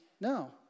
no